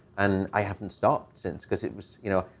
and i haven't stopped since. because it was, you know.